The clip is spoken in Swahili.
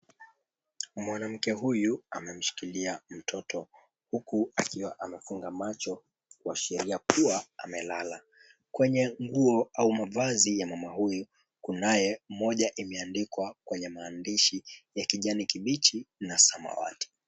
Mwanamke huyu ameshikilia mtoto, huku akiwa amefunga macho, kuashiria kuwa amelala. Kwenye nguo au mavazi ya mama huyu, kunaye moja imeandikwa kwenye maandishi ya kijani kibichi na samawati.